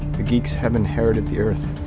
the geeks have inherited the earth.